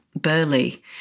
Burley